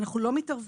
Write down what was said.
אנחנו לא מתערבים,